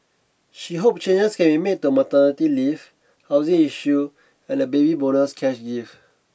she hopes changes can be made to maternity leave housing issue and the baby bonus cash gift